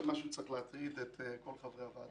זה משהו שצריך להטריד את כל חברי הוועדה.